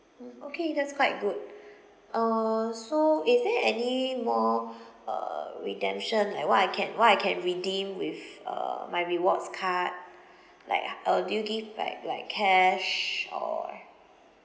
mm okay that's quite good uh so is there anymore uh redemption like what I can what I can redeem with uh my rewards card like hu~ uh do you give like like cash or